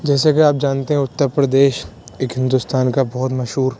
جیسا کہ آپ جانتے ہیں اتر پردیش ایک ہندوستان کا بہت مشہور